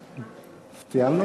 סיימנו?